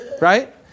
right